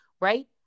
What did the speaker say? right